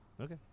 Okay